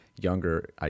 younger